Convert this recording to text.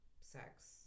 sex